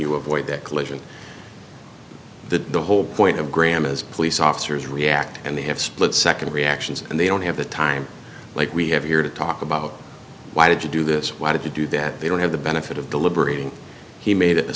you avoid that collision the whole point of graham as police officers react and they have split second reactions and they don't have the time like we have here to talk about why did you do this why did you do that they don't have the benefit of deliberating he made